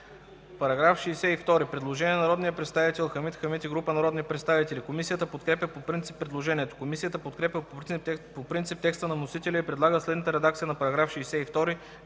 По § 74 има предложение на народния представител Хамид Хамид и група народни представители. Комисията подкрепя предложението. Комисията подкрепя по принцип текста на вносителя и предлага следната редакция на § 74,